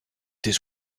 tes